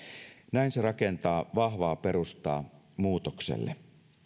näin se rakentaa vahvaa perustaa muutokselle